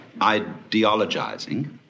ideologizing